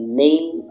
name